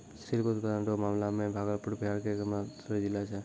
silk उत्पादन रो मामला मे भागलपुर बिहार के एकमात्र जिला छै